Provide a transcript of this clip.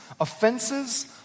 offenses